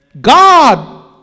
God